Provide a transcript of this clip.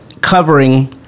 covering